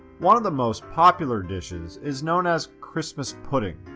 one of the most popular dishes is known as christmas pudding,